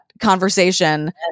conversation